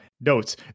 notes